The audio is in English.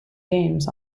games